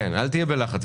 אל תהיה בלחץ.